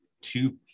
two